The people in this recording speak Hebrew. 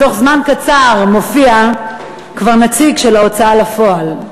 בתוך זמן קצר מופיע כבר נציג של ההוצאה לפועל.